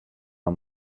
are